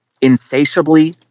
insatiably